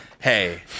hey